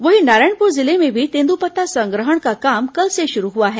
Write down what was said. वहीं नारायणपुर जिले में भी तेंद्रपत्ता संग्रहण का काम कल से शुरू हुआ है